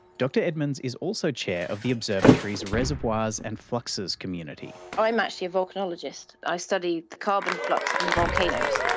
dr edmonds is also chair of the observatory's reservoirs and fluxes community. i'm actually a volcanologist, i study the carbon flux from volcanoes.